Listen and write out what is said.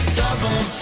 double